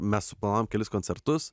mes suplanavom kelis koncertus